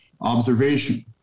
observation